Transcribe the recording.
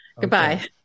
Goodbye